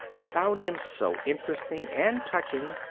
found him so interesting and touching,